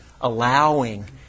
allowing